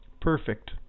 perfect